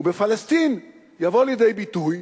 ובפלסטין תבוא לידי ביטוי